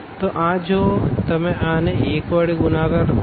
તો આ જો તમે આને 1 વડે ગુણાકાર કરો